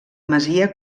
masia